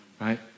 right